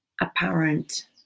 apparent